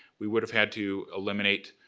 we would've had to eliminate,